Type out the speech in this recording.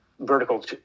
vertical